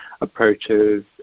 approaches